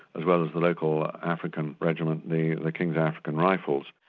as well as the local african regiment, the the king's african rifles.